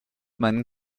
meinen